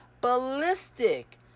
Ballistic